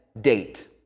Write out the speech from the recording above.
date